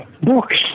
books